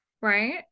Right